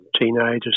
teenagers